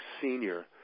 Senior